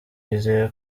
twizeye